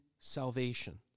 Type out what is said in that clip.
salvation